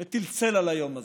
מטיל צל על היום הזה,